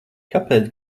kāpēc